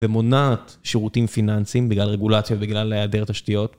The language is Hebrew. ומונעת שירותים פיננסיים בגלל רגולציות, בגלל להיעדר תשתיות.